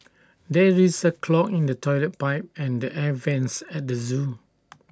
there is A clog in the Toilet Pipe and the air Vents at the Zoo